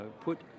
put